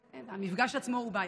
המפגש עצמו הוא בעייתי.